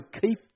keep